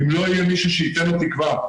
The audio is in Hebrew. אם לא יהיה מישהו שייתן לו תקווה,